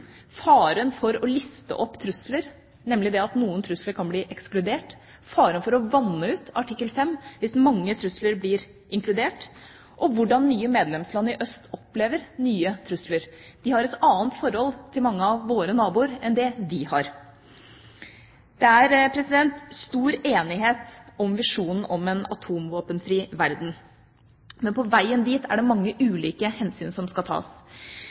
faren for å liste opp trusler, nemlig det at noen trusler kan bli ekskludert, faren for å vanne ut artikkel 5 hvis mange trusler blir inkludert, og hvordan opplever nye medlemsland i øst nye trusler? De har jo et annet forhold til mange av våre naboer enn det vi har. Det er stor enighet om visjonen om en atomvåpenfri verden, men på veien dit er det mange ulike hensyn som skal tas.